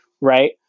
right